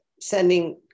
sending